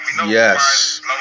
Yes